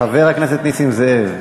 חבר הכנסת נסים זאב,